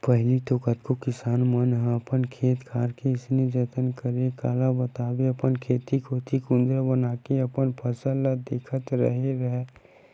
पहिली तो कतको किसान मन ह अपन खेत खार के अइसन जतन करय काला बताबे अपन खेत कोती कुदंरा बनाके अपन फसल ल देखत रेहे राहय